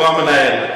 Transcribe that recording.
הוא המנהל.